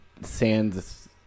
Sands